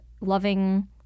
loving